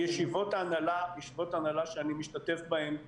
-- אבל מתוך ישיבות ההנהלה שאני משתתף בהן,